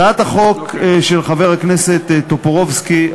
הצעת החוק של חבר הכנסת טופורובסקי,